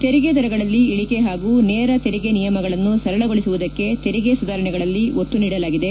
ತೆರಿಗೆ ದರಗಳಲ್ಲಿ ಇಳಕೆ ಹಾಗೂ ನೇರ ತೆರಿಗೆ ನಿಯಮಗಳನ್ನು ಸರಳಗೊಳಸುವುದಕ್ಷೆ ತೆರಿಗೆ ಸುಧಾರಣೆಗಳಲ್ಲಿ ಒತ್ತು ನೀಡಲಾಗಿದೆ